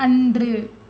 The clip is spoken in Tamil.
அன்று